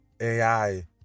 AI